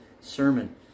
sermon